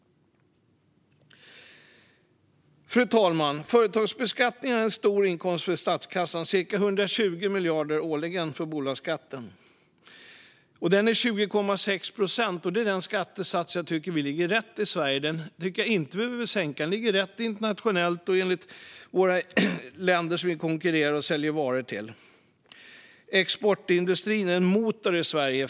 Fru talman! Företagsbeskattningen är en stor inkomst för statskassan, cirka 120 miljarder årligen för bolagsskatten. Den är 20,6 procent, och det är en skattesats där jag tycker att vi ligger rätt i Sverige. Den tycker jag inte att vi behöver sänka, utan den ligger rätt internationellt i enlighet med de länder som vi konkurrerar med och säljer varor till. Exportindustrin är en motor i Sverige.